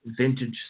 vintage